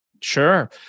Sure